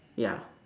ya